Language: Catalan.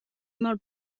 molt